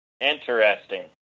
interesting